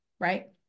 right